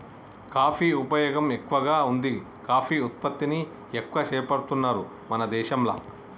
coffee ఉపయోగం ఎక్కువగా వుంది కాఫీ ఉత్పత్తిని ఎక్కువ చేపడుతున్నారు మన దేశంల